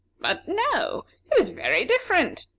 but no it is very different!